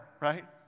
right